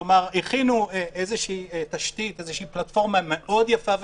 הכינו איזה תשתית, איזה פלטפורמה מאוד יפה ומקיפה,